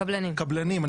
קבלנים.